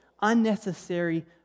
unnecessary